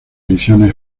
ediciones